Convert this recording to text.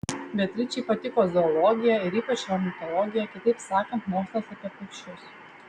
beatričei patiko zoologija ir ypač ornitologija kitaip sakant mokslas apie paukščius